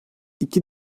i̇ki